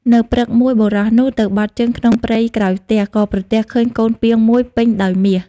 នៅព្រឹកមួយ បុរសនោះទៅបត់ជើងក្នុងព្រៃក្រោយផ្ទះ ក៏ប្រទះឃើញកូនពាងមួយពេញដោយមាស។